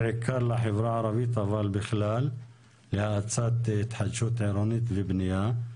בעיקר לחברה הערבית אבל בכלל להאצת התחדשות עירונית ובנייה.